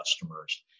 customers